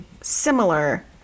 similar